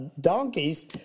donkeys